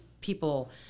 people